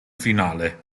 finale